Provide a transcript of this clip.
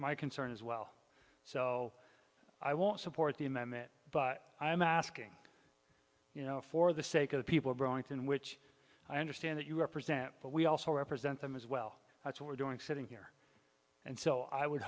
my concern as well so i won't support the amendment but i am asking you know for the sake of the people brought in which i understand that you represent but we also represent them as well that's what we're doing sitting here and so i would